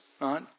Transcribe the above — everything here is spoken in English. right